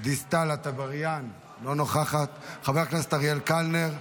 דיסטל אטבריאן, אינה נוכחת, חבר הכנסת אריאל קלנר,